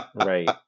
right